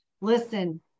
listen